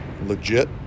legit